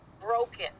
broken